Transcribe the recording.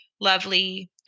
lovely